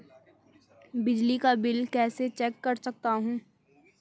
बिजली का बिल कैसे चेक कर सकता हूँ?